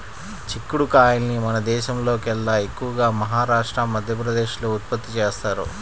చిక్కుడు కాయల్ని మన దేశంలోకెల్లా ఎక్కువగా మహారాష్ట్ర, మధ్యప్రదేశ్ లో ఉత్పత్తి చేత్తారు